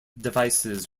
devices